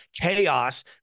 chaos